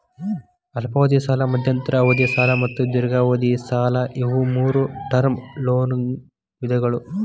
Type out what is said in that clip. ಅಲ್ಪಾವಧಿ ಸಾಲ ಮಧ್ಯಂತರ ಅವಧಿ ಸಾಲ ಮತ್ತು ದೇರ್ಘಾವಧಿ ಸಾಲ ಇವು ಮೂರೂ ಟರ್ಮ್ ಲೋನ್ ವಿಧಗಳ